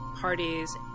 parties